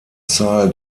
zahl